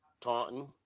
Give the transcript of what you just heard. Taunton